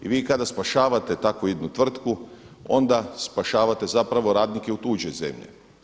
I vi kada spašavate takvu jednu tvrtku onda spašavate zapravo radnike u tuđoj zemlji.